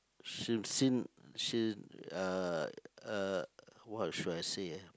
uh uh what should I say ah